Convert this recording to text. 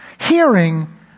Hearing